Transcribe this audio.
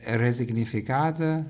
resignificada